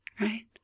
right